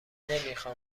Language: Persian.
نمیخام